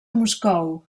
moscou